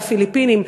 לפיליפינים,